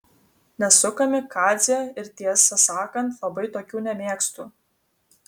nesu kamikadzė ir tiesą sakant labai tokių nemėgstu